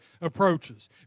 approaches